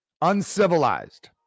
Uncivilized